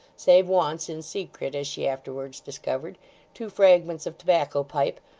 save once in secret as she afterwards discovered two fragments of tobacco-pipe,